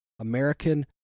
American